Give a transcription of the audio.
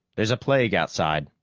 there's a plague outside.